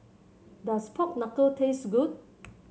does Pork Knuckle taste good